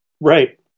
Right